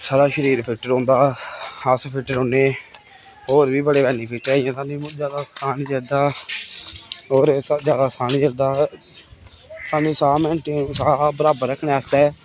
साढ़ा शरीर फिट रौह्ंदा अस फिट रौहने होर बी बड़े बेनिफिट ऐ इ'यां सानूं जादा साह् निं चढ़दा होर जादा साह् निं चढ़दा सानूं साह् मैंटें ई साह् बराबर रक्खने आस्तै